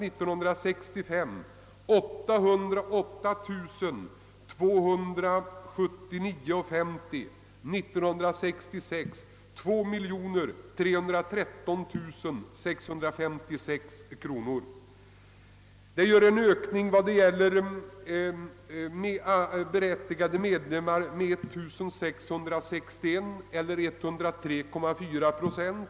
Man utbetalade 808 279 kronor 50 öre år 1965, och siffran steg i år till 2313 656 kronor. Detta innebär att antalet ersättningsberättigade medlemmar steg 1966 med 1661 eller 103,4 procent.